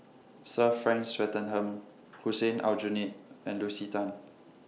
Sir Frank Swettenham Hussein Aljunied and Lucy Tan